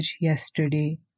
yesterday